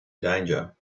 danger